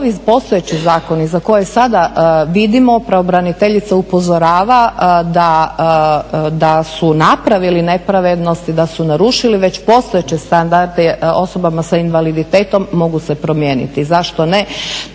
postojeći zakoni za koje sada vidimo pravobraniteljica upozorava da su napravili nepravednosti, da se narušili već postojeće standarde osobama sa invaliditetom mogu se promijeniti. Zašto ne,